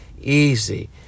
easy